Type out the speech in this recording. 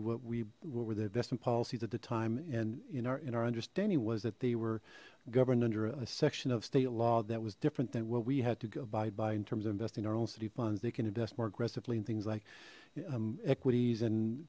what we what were the investment policies at the time and you know in our understanding was that they were governed under a section of state law that was different than what we had to go by in terms of investing our own city funds they can invest more aggressively and things like um equities and